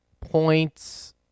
Points